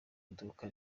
iduka